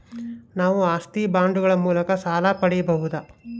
ನಾವು ಆಸ್ತಿ ಬಾಂಡುಗಳ ಮೂಲಕ ಸಾಲ ಪಡೆಯಬಹುದಾ?